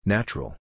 Natural